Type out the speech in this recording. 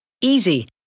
Easy